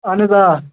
اَہَن حظ آ